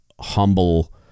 humble